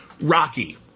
Rocky